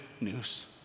news